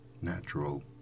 natural